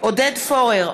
עודד פורר,